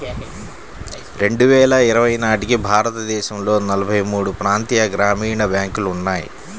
రెండు వేల ఇరవై నాటికి భారతదేశంలో నలభై మూడు ప్రాంతీయ గ్రామీణ బ్యాంకులు ఉన్నాయి